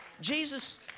Jesus